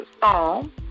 Psalm